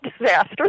Disaster